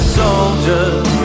soldiers